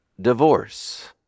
divorce